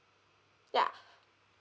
yeah